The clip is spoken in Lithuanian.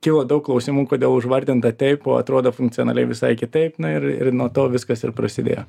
kilo daug klausimų kodėl užvardinta taip o atrodo funkcionaliai visai kitaip na ir ir nuo to viskas ir prasidėjo